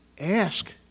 ask